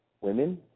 women